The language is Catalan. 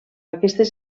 aquestes